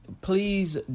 please